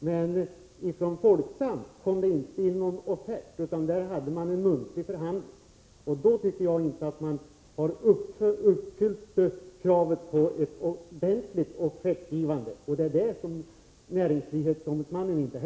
Men från Folksam kom det inte in någon offert, utan där hade man bara en muntlig förhandling. Då tycker jag inte att man har uppfyllt kravet på ett ordentligt offertgivande. Det tycker inte heller näringsfrihetsombudsmannen.